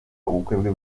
ubukwe